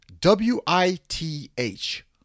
W-I-T-H